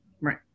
Right